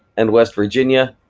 and west virginia,